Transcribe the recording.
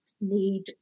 need